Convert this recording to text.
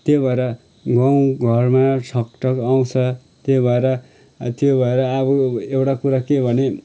त्यो भएर गाउँघरमा ठक ठक आउँछ त्यही भएर त्यो भएर अब एउटा कुरा के भने